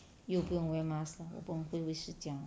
又不用 wear mask lor 我不懂会不会是这样